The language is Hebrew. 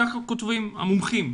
אך כך כותבים המומחים,